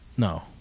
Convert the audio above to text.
No